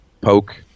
poke